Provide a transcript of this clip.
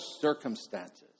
circumstances